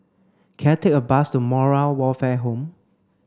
can I take a bus to Moral Welfare Home